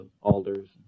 alders